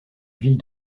ville